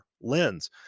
lens